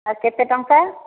ଆଉ କେତେ ଟଙ୍କା